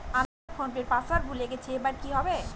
আমি আমার ফোনপের পাসওয়ার্ড ভুলে গেছি এবার কি হবে?